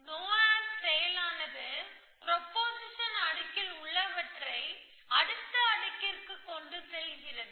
no ஆப் செயலானது proposition அடுக்கில் உள்ளவற்றை அடுத்த அடுக்கிற்கு கொண்டு செல்கிறது